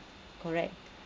correct